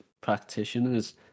practitioners